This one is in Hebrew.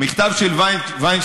המכתב של וינשטיין,